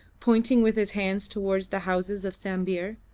pointing with his hand towards the houses of sambir.